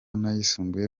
n’ayisumbuye